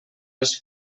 les